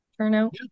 turnout